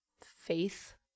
faith